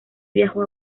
viajó